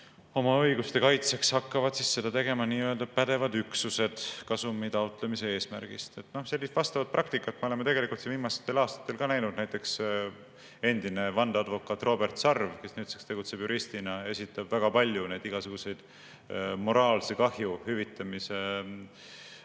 oma õiguste kaitseks, hakkavad seda tegema nii-öelda pädevad üksused kasumi taotlemise eesmärgil. Sellist praktikat me oleme tegelikult siin viimastel aastatel ka näinud, näiteks endine vandeadvokaat Robert Sarv, kes nüüdseks tegutseb juristina, esitab väga palju igasuguseid moraalse kahju hüvitamise hagisid